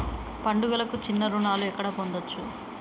పండుగలకు చిన్న చిన్న రుణాలు ఎక్కడ పొందచ్చు?